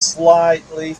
slightly